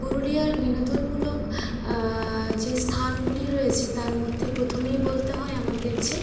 পুরুলিয়ার বিনোদনমূলক যে স্থানগুলি রয়েছে তার মধ্যে প্রথমেই বলতে হয় আমাদের যে